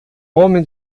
homem